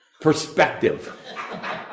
perspective